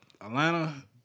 Atlanta